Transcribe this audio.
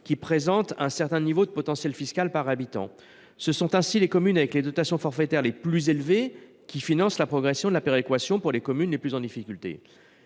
présentant un certain niveau de potentiel fiscal par habitant. Ainsi, ce sont les communes avec les dotations forfaitaires les plus élevées qui financent la progression de la péréquation pour celles qui sont le plus en difficulté.